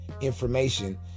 information